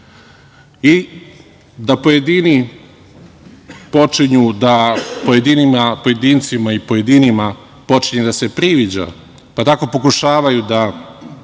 naše komšije i da pojedincima i pojedinima počinje da se priviđa, pa tako pokušavaju da